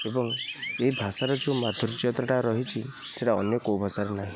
ଏବଂ ଏ ଭାଷାର ଯେଉଁ ମାଧୁର୍ଯ୍ୟଟା ରହିଛି ସେଇଟା ଅନ୍ୟ କେଉଁ ଭାଷାରେ ନାହିଁ